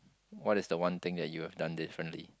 what is the one thing that you've done differently